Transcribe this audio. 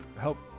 Help